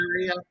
area